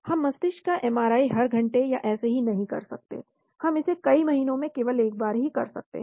हम मस्तिष्क का एमआरआई हर घंटे या ऐसे ही नहीं कर सकते हम इसे कई महीनों में केवल एक बार ही कर सकते हैं